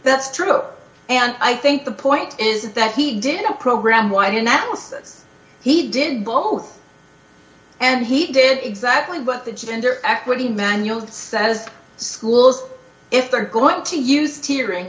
that's true and i think the point is that he did a program why the analysis he did both and he did exactly what the gender equity manual says schools if they're going to use tearing